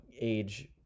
age